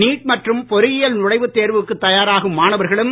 NEET மற்றும் பொறியியல் நுழைவுத் தேர்வுக்கு தயாராகும் மாணவர்களும்